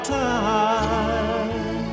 time